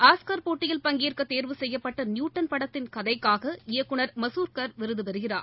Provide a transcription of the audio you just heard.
Oscar போட்டியில் பங்கேற்கதேர்வு செய்யப்பட்டநியூட்டள் படத்தின் கதைக்காக இயக்குநர் மசூர்கர் விருதுபெறுகிறார்